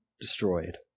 destroyed